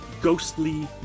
ghostly